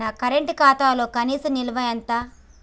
నా కరెంట్ ఖాతాలో కనీస నిల్వ ఎంత?